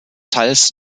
teils